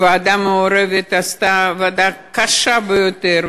הוועדה המעורבת עשתה עבודה קשה ביותר.